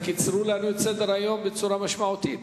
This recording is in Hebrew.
הם קיצרו לנו את סדר-היום בצורה משמעותית.